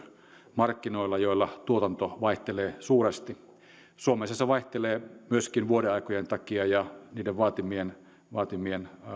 markkinoilla joilla tuotanto vaihtelee suuresti suomessa se vaihtelee myöskin vuodenaikojen takia ja niiden vaatimien vaatimien